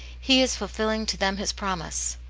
he is fulfilling to them his promise,